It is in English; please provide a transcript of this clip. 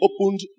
opened